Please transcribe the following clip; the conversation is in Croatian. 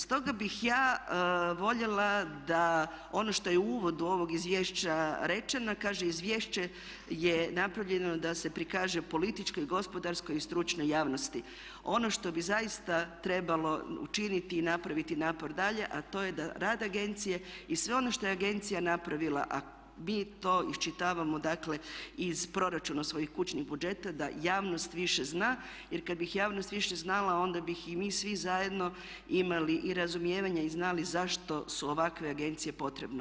Stoga bih ja voljela da ono što je u uvodu ovog izvješća rečeno, kaže izvješće je napravljeno da se prikaže političkoj, i gospodarskoj i stručnoj javnosti ono što bi zaista trebalo učiniti i napraviti napor dalje a to je da rad agencije i sve ono što je agencija napravila a mi to iščitavamo dakle iz proračuna svojih kućnih budžeta da javnost više zna, jer kad bi javnost više znala onda bi i mi svi zajedno imali i razumijevanja i znali zašto su ovakve agencije potrebne.